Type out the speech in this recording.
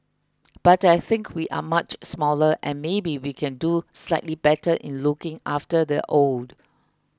but I think we are much smaller and maybe we can do slightly better in looking after the old